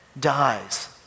dies